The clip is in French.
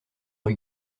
rue